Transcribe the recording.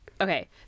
okay